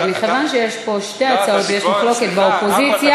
מכיוון שיש פה שתי הצעות ויש מחלוקת באופוזיציה,